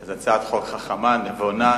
זו הצעת חוק חכמה, נכונה,